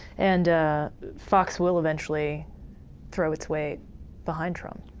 and fox will eventually throw its weight behind trump.